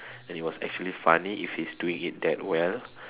then it was actually funny if he's doing it that well